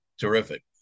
terrific